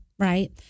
Right